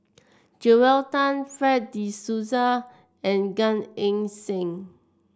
Joel Tan Fred De Souza and Gan Eng Seng